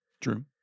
True